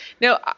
Now